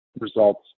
results